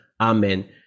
Amen